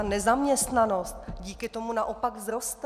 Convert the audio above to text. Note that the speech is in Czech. Nezaměstnanost díky tomu naopak vzroste.